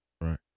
Right